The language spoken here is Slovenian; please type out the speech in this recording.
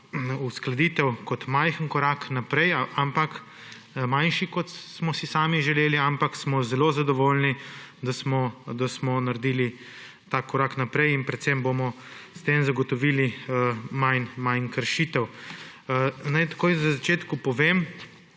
uskladitev kot majhen korak naprej, manjši kot smo si sami želeli, ampak smo zelo zadovoljni, da smo naredili ta korak naprej; in predvsem bomo s tem zagotovili manj kršitev. Naj takoj na začetku povem,